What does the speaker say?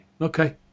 Okay